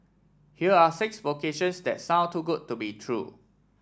here are six vocations that sound too good to be true